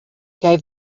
gave